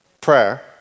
prayer